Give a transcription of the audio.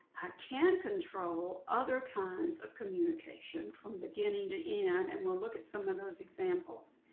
can control other kinds of communication from beginning to end, and we'll look at some of those examples